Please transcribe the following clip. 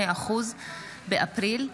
התשפ"ד 2024,